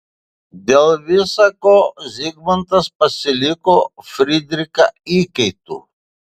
dėl visa ko zigmantas pasiliko fridrichą įkaitu